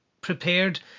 prepared